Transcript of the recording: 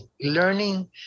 learning